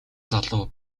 залуу